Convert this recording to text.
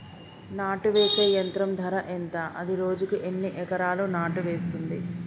నాటు వేసే యంత్రం ధర ఎంత? అది రోజుకు ఎన్ని ఎకరాలు నాటు వేస్తుంది?